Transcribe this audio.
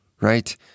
right